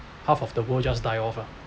half of the world just die off lah